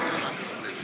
כבוד סגן